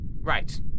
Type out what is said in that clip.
Right